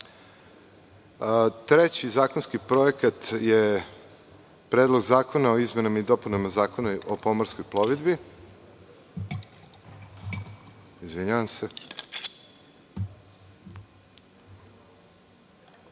zakonski projekat je Predlog zakona o izmenama i dopunama Zakona o pomorskoj plovidbi. Znam da